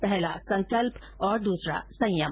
पहला संकल्पा और दूसरा संयम